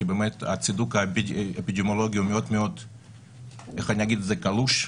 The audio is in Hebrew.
כי הצידוק האפידמיולוגי מאוד מאוד קלוש,